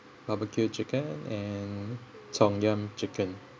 barbecue chicken and tom-yum chicken